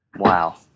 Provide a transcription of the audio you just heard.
Wow